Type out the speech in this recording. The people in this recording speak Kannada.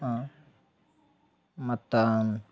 ಹಾಂ ಮತ್ತು